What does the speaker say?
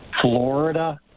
Florida